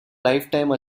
lifetime